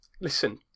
Listen